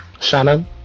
Shannon